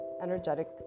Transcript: energetic